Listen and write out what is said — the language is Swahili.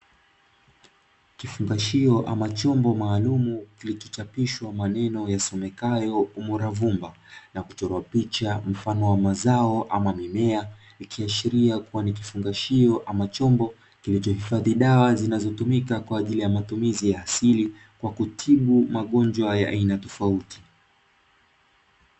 Kifungashio ama chombo maalum kilichochapishwa maneno yasomekayo "umuravumba" na kuchorwa picha mfano wa mazao ama mimea, ikiashiria kuwa ni kifungashio ama chombo kilichohifadhi dawa zinazotumika kwa ajili ya matumizi ya asili kwa kutibu magonjwa ya aina tofauti.